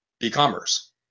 E-commerce